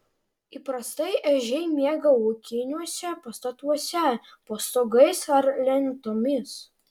įprastai ežiai miega ūkiniuose pastatuose po stogais ar lentomis